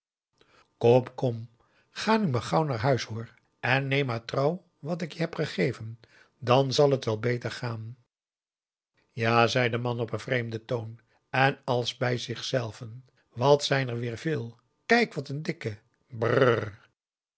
kom ga nu maar gauw naar huis hoor en neem maar trouw wat ik je heb gegeven dan zal het wel beter gaan p a daum de van der lindens c s onder ps maurits ja zei de man op vreemden toon en als bij zichzelven wat zijn er weer veel kijk wat een dikke brr